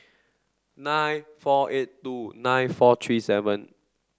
nine four eight two nine four three seven